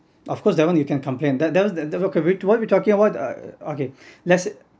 of course that one you can complain that one we what we're talking about uh okay let's say